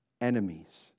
enemies